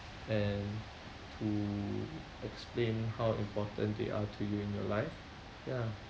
and to explain how important they are to you in your life ya